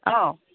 ꯑꯥꯎ